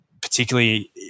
particularly